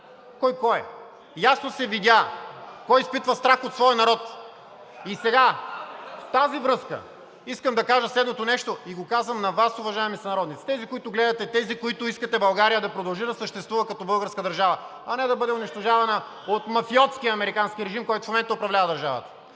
кой кой е, ясно се видя кой изпитва страх от своя народ. И сега в тази връзка искам да кажа следното нещо и го казвам на Вас, уважаеми сънародници – тези, които гледате, тези, които искате България да продължи да съществува като българска държава, а не да бъде унищожавана от мафиотския американски режим, който в момента управлява държавата,